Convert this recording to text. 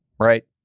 right